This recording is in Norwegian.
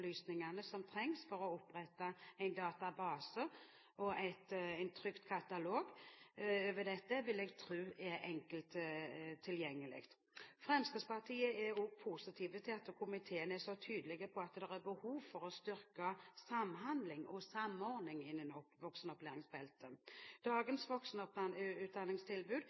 som trengs for å opprette en database og en trykt katalog over dette, vil jeg tro er enkelt tilgjengelige. Fremskrittspartiet er også positiv til at komiteen er så tydelig på at det er behov for å styrke samhandling og samordning innen voksenopplæringsfeltet. Dagens